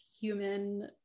human